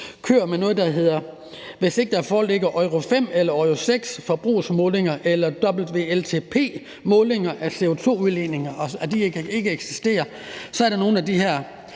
efter en norm, der betyder, at hvis ikke der foreligger Euro 5 eller Euro 6 for brugsmålinger eller WLTP-målinger af CO2-udledninger, så er der nogle af de her,